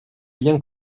bien